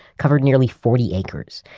covered nearly forty acres,